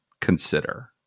consider